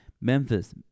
Memphis